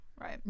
Right